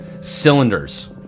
cylinders